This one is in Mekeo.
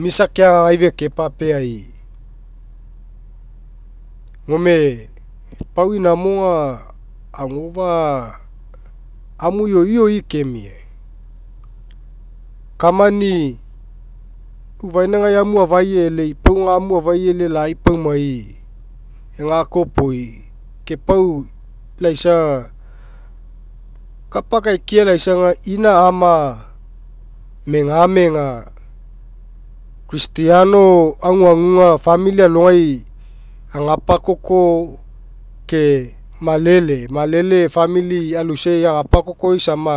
misa keagagai feke papeai. Gomu pau inamo aga agofa'a aniu ioi kemia. Kamani ufainagai amu afai ekei pau aga amu afai elei lai paumai. Egakoa iopoi ke pau laisa aga, kapa akaikia laisa aga ina'ama'a megamega christiano aguaguga famili alogai aga pakoko ke malele, malele famili aloisa agapakokoi sama